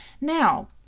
Now